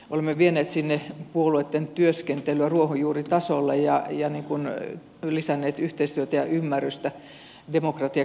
olemme vieneet sinne puolueitten työskentelyä ruohonjuuritasolle ja lisänneet yhteistyötä ja ymmärrystä demokratiakehityksestä